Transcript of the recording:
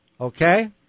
Okay